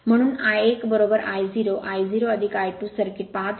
म्हणून I 1I 0 I 0 I2 circuit पाहतो